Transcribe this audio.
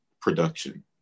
production